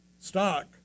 stock